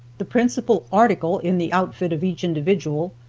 the principal article in the outfit of each individual,